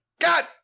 God